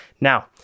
Now